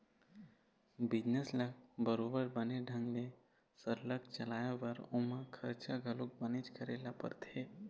business ल बरोबर बने ढंग ले सरलग चलाय बर ओमा खरचा घलो बनेच करे ल परथे